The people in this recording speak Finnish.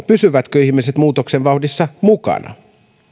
pysyvätkö ihmiset muutoksen vauhdissa mukana